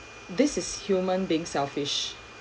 this is human being selfish